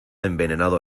envenenado